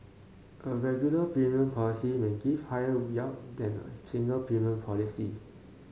a regular premium policy may give higher yield than a single premium policy